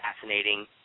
fascinating